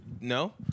No